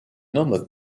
homme